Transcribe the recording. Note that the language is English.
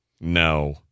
no